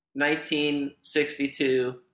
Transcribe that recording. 1962